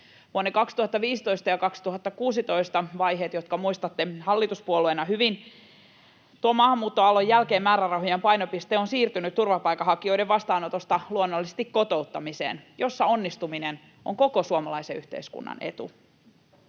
Vuosien 2015 ja 2016 — vaiheet, jotka muistatte hallituspuolueena hyvin — maahanmuuttoaallon jälkeen määrärahojen painopiste on siirtynyt turvapaikanhakijoiden vastaanotosta luonnollisesti kotouttamiseen, jossa onnistuminen on koko suomalaisen yhteiskunnan etu.